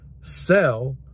sell